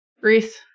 Reese